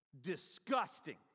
Disgusting